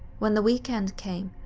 when the weekend came,